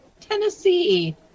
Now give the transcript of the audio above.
Tennessee